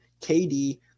KD